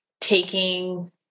taking